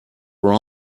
were